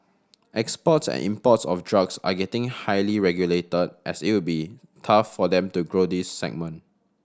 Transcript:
exports and imports of drugs are getting highly regulated as it would be tough for them to grow this segment